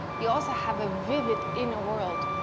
you also have a vivid inner world,